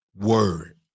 word